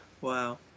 Wow